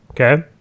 Okay